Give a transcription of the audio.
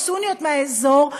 הסוניות מהאזור,